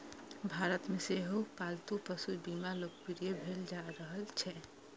भारत मे सेहो पालतू पशु बीमा लोकप्रिय भेल जा रहल छै